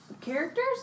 Characters